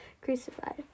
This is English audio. crucified